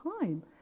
time